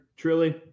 Trilly